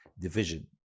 division